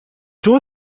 tour